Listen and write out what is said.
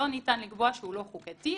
לא ניתן לקבוע שהוא לא חוקתי,